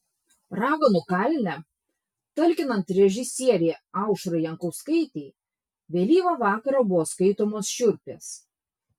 raganų kalne talkinant režisierei aušrai jankauskaitei vėlyvą vakarą buvo skaitomos šiurpės